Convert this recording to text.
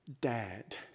Dad